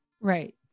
right